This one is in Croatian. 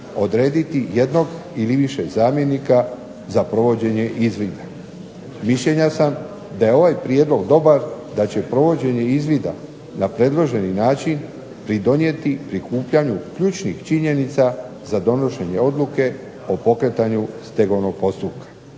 odrediti jednog ili više zamjenika za provođenje izvida. Mišljenja sam da je ovaj prijedlog dobar, da će provođenje izvida na predloženi način pridonijeti prikupljanju ključnih činjenica za donošenje odluke o pokretanju stegovnog postupka.